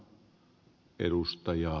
arvoisa puhemies